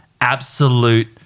absolute